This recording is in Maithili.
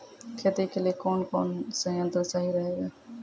खेती के लिए कौन कौन संयंत्र सही रहेगा?